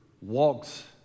walks